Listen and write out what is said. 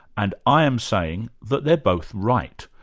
and i am saying that they're both right.